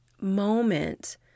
moment